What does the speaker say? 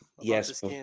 Yes